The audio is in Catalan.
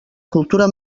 cultura